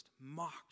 mocked